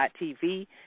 TV